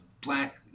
black